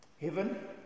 heaven